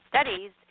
studies